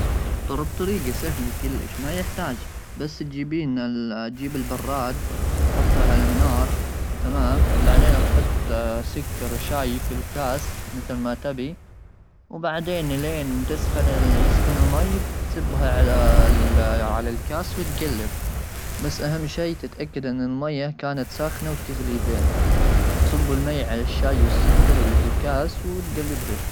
طريقه سهله كلش ما يحتاج بس تجيبي لنا جيب البراد تحطه على النار تمام ,وبعدين تحط سكر وشاي في الكاس مثل ما تبي ,وبعدين الين تسخن يسخن الماء تسبها على الكاس وتقلب بس اهم شيء تتاكد ان الميه كانت ساخنه وتغلي زين صب الماء على الشاي والسكر اللي في الكاس وتقلبها.